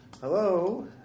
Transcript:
Hello